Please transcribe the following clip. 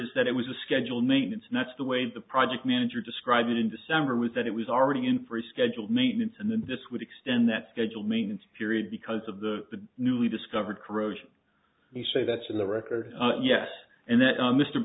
records that it was a scheduled maintenance and that's the way the project manager described it in december was that it was already in for a scheduled maintenance and then this would extend that scheduled maintenance period because of the newly discovered corrosion you say that's in the record yes and that mr